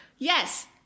Yes